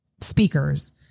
speakers